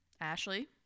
Ashley